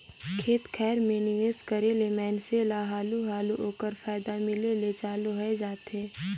खेत खाएर में निवेस करे ले मइनसे ल हालु हालु ओकर फयदा मिले ले चालू होए जाथे